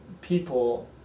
people